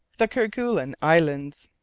the kerguelen islands